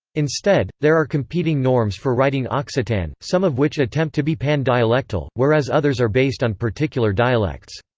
instead, there are competing norms for writing occitan, some of which attempt to be pan-dialectal, whereas others are based on particular dialects.